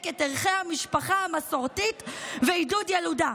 את ערכי המשפחה המסורתית ועידוד ילודה.